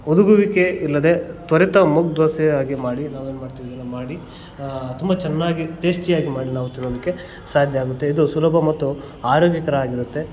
ಹುದುಗುವಿಕೆ ಇಲ್ಲದೆ ತ್ವರಿತ ಮೂಗ್ ದೋಸೆ ಆಗಿ ಮಾಡಿ ನಾವು ಏನು ಮಾಡ್ತೀವಿ ಇದ್ಮಾಡಿ ತುಂಬ ಚೆನ್ನಾಗಿ ಟೇಸ್ಟಿ ಆಗಿ ಮಾಡಿ ನಾವು ತಿನ್ನೋದಕ್ಕೆ ಸಾಧ್ಯ ಆಗುತ್ತೆ ಇದು ಸುಲಭ ಮತ್ತು ಆರೋಗ್ಯಕರ ಆಗಿರುತ್ತೆ